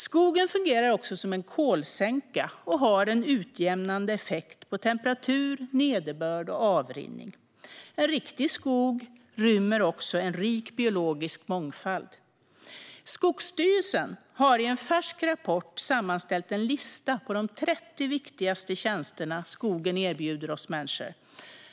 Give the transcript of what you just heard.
Skogen fungerar också som en kolsänka och har en utjämnande effekt på temperatur, nederbörd och avrinning. En riktig skog rymmer också en rik biologisk mångfald. Skogsstyrelsen har i en färsk rapport sammanställt en lista på de 30 viktigaste tjänsterna skogen erbjuder oss människor.